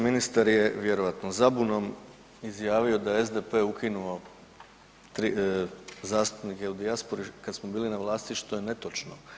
Ministar je vjerojatno zabunom izjavio da je SDP ukinuo tri zastupnika u dijaspori kad smo bili na vlasti što je netočno.